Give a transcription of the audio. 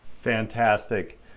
Fantastic